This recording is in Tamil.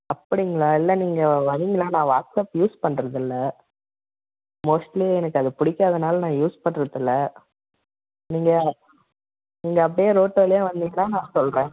அப்படிங்களா இல்லை நீங்கள் வரீங்களா நான் வாட்ஸப் யூஸ் பண்ணுறதில்ல மோஸ்ட்லி எனக்கு அது பிடிக்காதனால நான் யூஸ் பண்ணுறதில்ல நீங்கள் நீங்கள் அப்படியே ரோட்டு வலியாக வந்தீங்கன்னா நான் சொல்லுறேன்